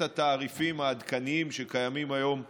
התעריפים העדכניים שקיימים היום בשוק.